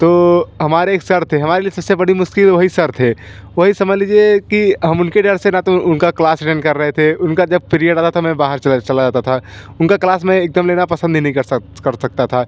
तो हमारे एक सर थे हमारे लिए सब से बड़ी मुश्किल वही सर थे वही समझ लीजिए कि हम उनके डर से ना तो उनका क्लास अटें कर रहे थे उनका जब पिरिएड आता तो मैं बाहर चला चला आता था उनका कलास मैं एक दम लेना पसंद नहीं नहीं कर सक कर सकता था